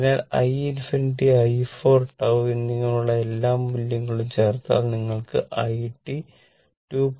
അതിനാൽ i∞ i τ എന്നിങ്ങനെയുള്ള എല്ലാ മൂല്യങ്ങളും ചേർത്താൽ നിങ്ങൾക്ക് i 2